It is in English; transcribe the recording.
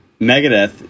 Megadeth